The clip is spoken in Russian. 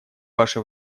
ваше